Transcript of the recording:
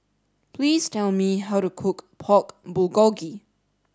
please tell me how to cook Pork Bulgogi